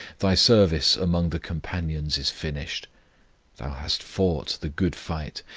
thy service among the companions is finished thou hast fought the good fight,